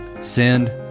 send